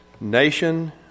Nation